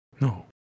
No